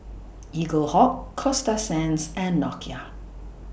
Eaglehawk Coasta Sands and Nokia